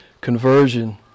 conversion